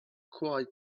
quite